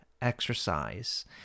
exercise